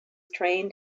trained